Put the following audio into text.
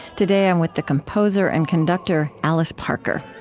today, i'm with the composer and conductor alice parker.